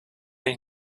ich